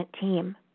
team